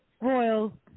Royal